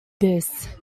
this